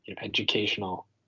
educational